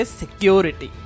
security